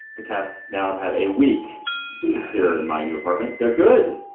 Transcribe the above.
the cats now have had a week here in my new apartment. they're good.